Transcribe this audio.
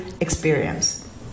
experience